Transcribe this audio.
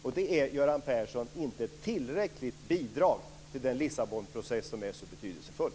Och det, Göran Persson, är inte tillräckligt bidrag till den Lissabonprocess som är så betydelsefull.